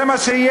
זה מה שיהיה.